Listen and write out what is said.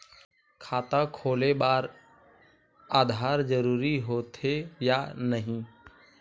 खाता खोले बार आधार जरूरी हो थे या नहीं?